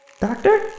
Doctor